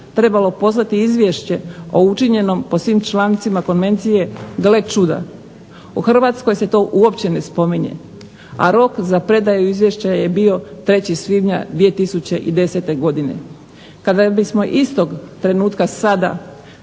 trebalo poslati izvješće o učinjenom po svim člancima konvencije gle čuda, u Hrvatskoj se to uopće ne spominje, a rok za predaju izvješća je bio 3. svibnja 2010. godine. Kada bismo istog trenutka sada